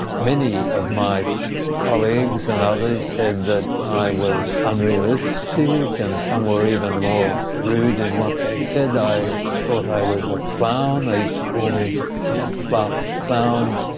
many of my colleagues and others said that i was unrealistic, and some were even more rude in what they said. they thought i was a clown, they used to call me that clark clown,